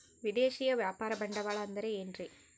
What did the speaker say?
ವಿದೇಶಿಯ ವ್ಯಾಪಾರ ಬಂಡವಾಳ ಅಂದರೆ ಏನ್ರಿ?